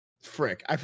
Frick